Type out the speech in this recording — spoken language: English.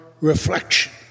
reflection